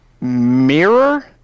Mirror